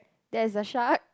there is a shark